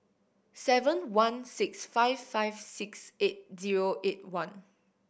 seven one six five five six eight zero eight one